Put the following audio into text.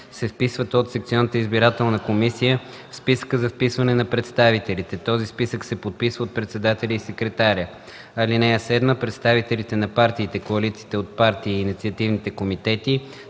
се вписват от секционната избирателна комисия в списъка за вписване на представителите. Този списък се подписва от председателя и секретаря. (7) Представителите на партиите, коалициите от партии и инициативните комитети